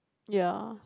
ya